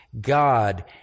God